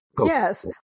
yes